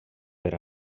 per